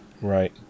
Right